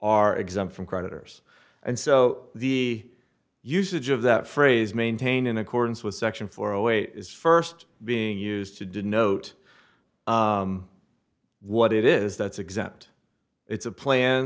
are exempt from creditors and so the usage of that phrase maintained in accordance with section four away is first being used to denote what it is that's exempt it's a plan